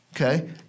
okay